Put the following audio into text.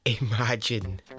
Imagine